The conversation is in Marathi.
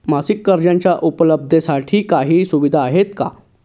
मासिक कर्जाच्या उपलब्धतेसाठी काही सुविधा आहे का?